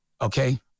okay